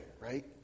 right